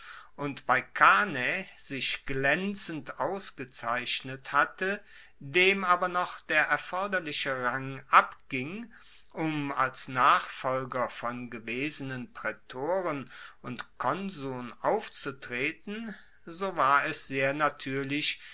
und bei cannae sich glaenzend ausgezeichnet hatte dem aber noch der erforderliche rang abging um als nachfolger von gewesenen praetoren und konsuln aufzutreten so war es sehr natuerlich